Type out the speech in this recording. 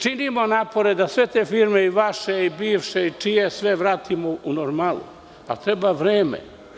Činimo napore da sve te firme, vaše i bivše i čije sve, vratimo u normalu, ali treba vreme.